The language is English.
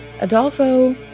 Adolfo